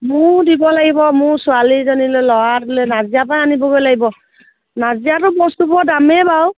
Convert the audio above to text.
মোৰো দিব লাগিব মোৰ ছোৱালীজনীলৈ ল'ৰাটোলৈ নাজিৰা পৰা আনিবগৈ লাগিব নাজিৰাটো বস্তুবোৰ দামেই বাৰু